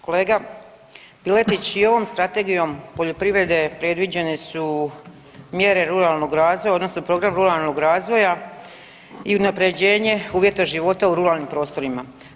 Kolega Piletić, i ovom Strategijom poljoprivrede predviđene su mjere ruralnog razvoja odnosno program ruralnog razvoja i unaprjeđenje uvjeta života u ruralnim prostorima.